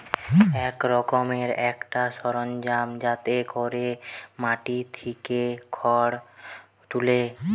এক রকমের একটা সরঞ্জাম যাতে কোরে মাটি থিকে খড় তুলে